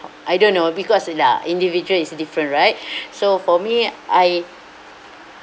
I don't know because it lah individual is different right so for me I